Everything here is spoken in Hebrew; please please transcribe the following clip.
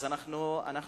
אז, אנחנו בבעיה.